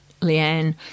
Leanne